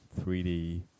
3D